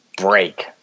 break